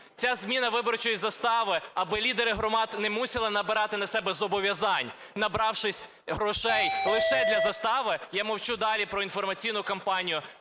ця зміна виборчої застави, аби лідери громад не мусили набирати на себе зобов'язань, набравшись грошей лише для застави, я мовчу далі про інформаційну кампанію,